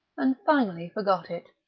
and finally forgot it.